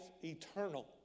eternal